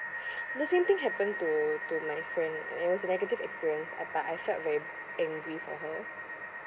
the same thing happen to to my friend it was a negative experience ah but I felt very angry for her